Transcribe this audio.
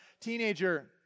teenager